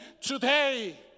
today